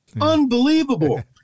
Unbelievable